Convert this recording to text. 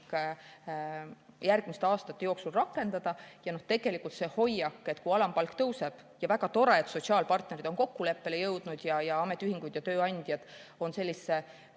järgmiste aastate jooksul rakendada. Tegelikult on siin see hoiak, et kui alampalk tõuseb – väga tore, et sotsiaalpartnerid on kokkuleppele jõudnud ja ametiühingud ja tööandjad on sellise